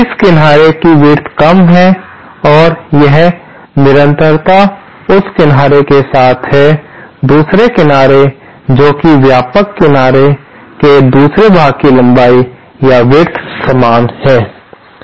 इस किनारे की विड्थ कम है और यह निरंतरता उस किनारे के साथ है दूसरे किनारे जो कि व्यापक किनारे के दूसरे भाग की लंबाई या विड्थ समान है